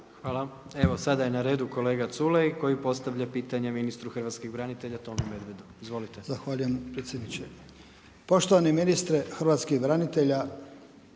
Hvala. Evo sada je na redu kolega Culej koji postavlja pitanje ministru hrvatskih branitelja Tomu Medvedu. Izvolite. **Culej, Stevo (HDZ)** Zahvaljujem predsjedniče. Poštovani ministre Hrvatskih branitelja,